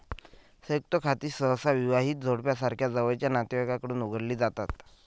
संयुक्त खाती सहसा विवाहित जोडप्यासारख्या जवळच्या नातेवाईकांकडून उघडली जातात